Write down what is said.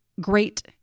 great